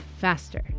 Faster